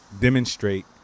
demonstrate